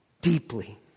deeply